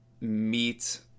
meet